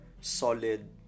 solid